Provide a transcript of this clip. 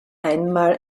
einmal